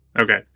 Okay